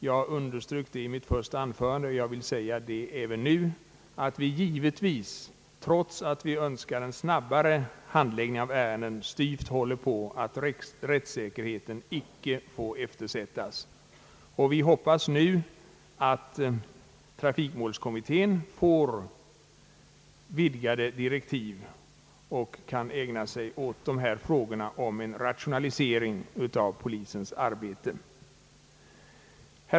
Jag underströk den saken i mitt första anförande, och jag vill även nu säga att vi givetvis, trots att vi önskar en snabbare handläggning av ärendena, styvt håller på att rättssäkerheten icke får eftersättas. Vi hoppas att trafikmålskommittén får vidgade direktiv och kan ägna sig åt frågan om en rationalisering av polisens arbete.